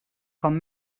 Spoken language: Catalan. com